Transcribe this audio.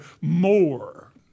more